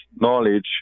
knowledge